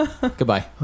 Goodbye